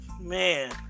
Man